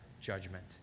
judgment